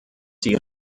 sie